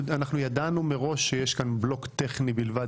ידענו מראש שיש כאן בלוק טכני בלבד.